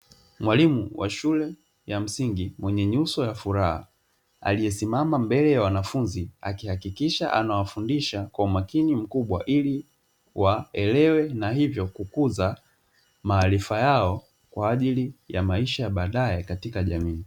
Mwalimu wa shule ya msingi mwenye nyuso ya furaha, aliyesimama mbele ya wanafunzi akihakikisha anawafundisha kwa umakini mkubwa ili waelewe, na hivyo kukuza maarifa yao kwa ajili ya maisha ya baadaye katika jamii.